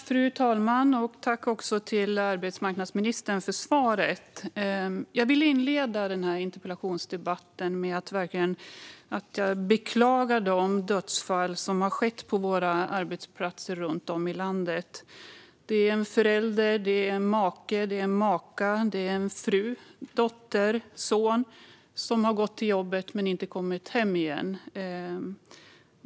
Fru talman! Tack, arbetsmarknadsministern, för svaret! Jag vill inleda den här interpellationsdebatten med att verkligen beklaga de dödsfall som har skett på våra arbetsplatser runt om i landet. Det är en förälder, en make eller maka, en son eller dotter som har gått till jobbet men inte kommit hem igen.